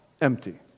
empty